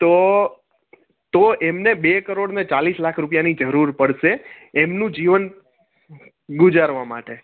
તો તો એમને બે કરોડને ચાલીસ લાખ રૂપિયાની જરૂર પડશે એમનું જીવન ગુજારવા માટે